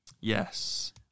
yes